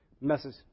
message